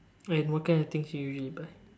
and what kind of things you usually to buy